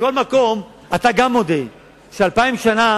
מכל מקום, גם אתה מודה ש-2,000 שנה